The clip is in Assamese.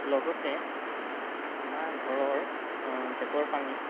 লগতে আমাৰ ঘৰৰ টেপৰ পানী